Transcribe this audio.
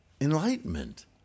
enlightenment